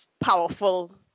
powerful